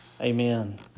Amen